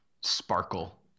sparkle